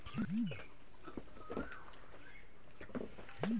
আমি প্রধানমন্ত্রী আবাস যোজনার জন্য কিভাবে এপ্লাই করতে পারি?